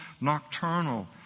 nocturnal